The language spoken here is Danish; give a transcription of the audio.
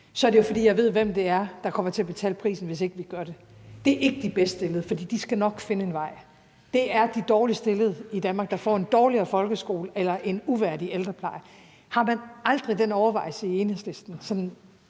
er det jo, fordi jeg ved, hvem det er, der kommer til at betale prisen, hvis ikke vi gør det. Det er ikke de bedst stillede, for de skal nok finde en vej. Det er de dårligt stillede i Danmark, der får en dårligere folkeskole eller en uværdig ældrepleje. Har man aldrig den overvejelse i Enhedslisten?